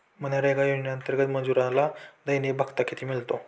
मनरेगा योजनेअंतर्गत मजुराला दैनिक भत्ता किती मिळतो?